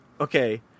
okay